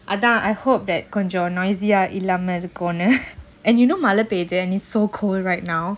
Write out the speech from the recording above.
அதான்:adhan I hope that கொஞ்சம்:konjam noisy ah இல்லாமஇருக்கும்னு:illama irukumnu and you know மழைபெய்யுது:mazhai peyyuthu is so cold right now